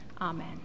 Amen